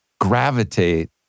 gravitate